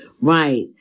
Right